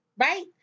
right